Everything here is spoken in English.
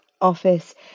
Office